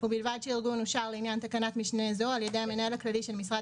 ובלבד שהארגון אושר לעניין תקנת משנה זו על ידי המנהל הכללי של משרד